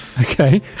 Okay